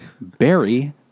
Barry